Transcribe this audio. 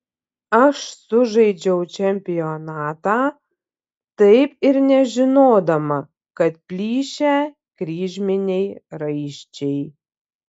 aš sužaidžiau čempionatą taip ir nežinodama kad plyšę kryžminiai raiščiai